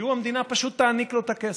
שלו המדינה פשוט תעניק את הכסף.